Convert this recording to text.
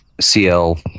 CL